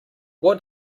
what